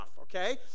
okay